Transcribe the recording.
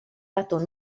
dato